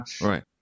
Right